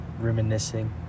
reminiscing